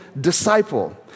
disciple